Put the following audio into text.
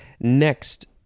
next